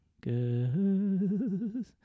Good